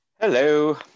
Hello